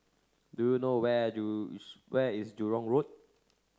do you know where do is Jurong Road